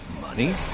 money